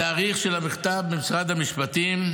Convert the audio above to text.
התאריך של המכתב ממשרד המשפטים,